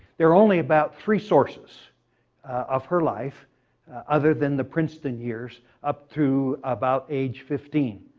there are only about three sources of her life other than the princeton years up through about age fifteen.